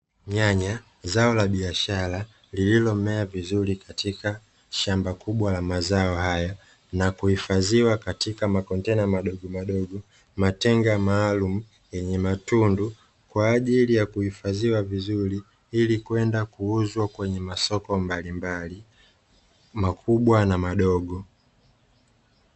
Nyanya, zao kubwa la biashara lililomea vizuri katika shamba kubwa la mazao haya na kuhifadhiwa katika makontena madogo madogo, matenga maalumu yenye matundu kwa ajili ya kuhifadhiwa vizuri ili mwenda kuuzwa kwenye masoko mbalimbali makubwa na madogo.